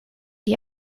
die